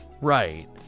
Right